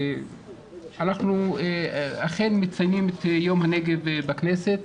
אנחנו אכן מציינים את יום הנגב בכנסת,